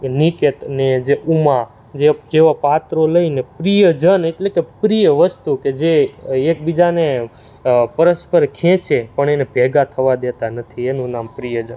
નિકેત ને જે ઉમા જે જેવા પાત્રો લઈને પ્રિયજન એટલે કે પ્રિય વસ્તુ કે જે એકબીજાને પરસ્પર ખેંચે પણ એને ભેગા થવા દેતા નથી એનું નામ પ્રિયજન